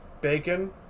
Bacon